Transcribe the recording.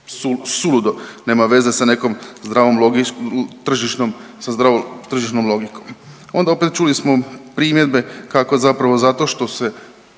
suludo, nema veze sa nekom zdravom tržišnom, sa zdravom tržišnom logikom. Onda opet čuli smo primjedbe kako zapravo zato što se